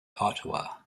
ottawa